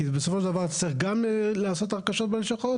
כי בסופו של דבר אתה צריך גם לעשות הרכשות בלשכות